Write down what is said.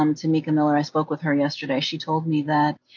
um tomika miller, i spoke with her yesterday. she told me that,